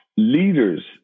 leaders